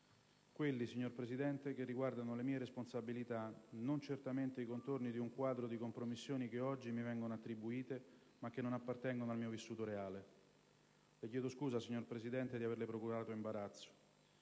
quelli, signora Presidente, che riguardano le mie responsabilità e non certamente i contorni di un quadro di compromissioni che oggi mi vengono attribuite ma che non appartengono al mio vissuto reale. Le chiedo scusa, signora Presidente, di averle procurato imbarazzo.